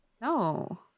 no